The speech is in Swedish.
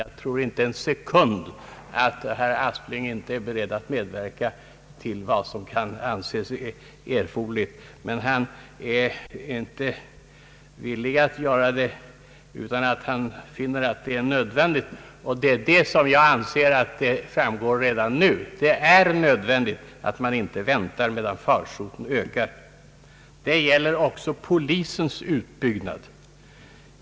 Jag tror inte en se kund att herr Aspling inte är beredd att medverka till vad som kan anses erforderligt, men han är inte villig att göra det förrän han finner att det är nödvändigt. Jag anser att vad som är nödvändigt det vet vi redan nu. Det är nödvändigt att man inte väntar medan farsoten ökar. Detta gäller också polisens utbyggnad.